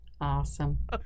Awesome